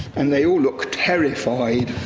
and they all look terrified.